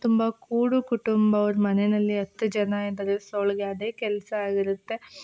ತುಂಬ ಕೂಡು ಕುಟುಂಬ ಅವ್ರ ಮನೆಯಲ್ಲಿ ಹತ್ತು ಜನ ಇದ್ದಾರೆ ಸೊ ಅವ್ಳಿಗೆ ಅದೇ ಕೆಲಸ ಆಗಿರುತ್ತೆ